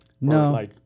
No